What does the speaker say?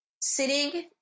sitting